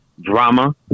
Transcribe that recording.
drama